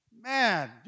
man